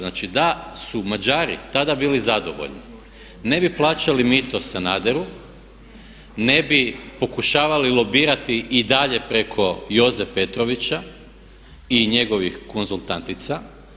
Znači da su Mađari tada bili zadovoljni ne bi plaćali mito Sanaderu, ne bi pokušavali lobirati i dalje preko Joze Petrovića i njegovih konzultantica.